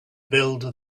build